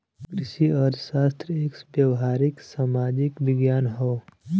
कृषि अर्थशास्त्र एक व्यावहारिक सामाजिक विज्ञान हौ